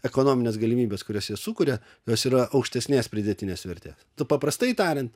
ekonomines galimybes kurias jie sukuria jos yra aukštesnės pridėtinės vertės tu paprastai tariant